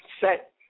Set